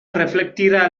reflectirà